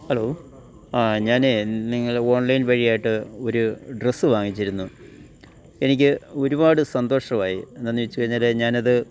hello ആ ഞാനേ നിങ്ങൾ ഓൺലൈൻ വഴിയായിട്ട് ഒരു ഡ്രസ്സ് വാങ്ങിച്ചിരുന്നു എനിക്ക് ഒരുപാട് സന്തോഷമായി എന്താണെന്ന് വച്ച് കഴിഞ്ഞാൽ ഞാനത്